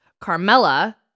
Carmela